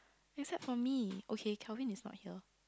except for me okay Kelvin is not here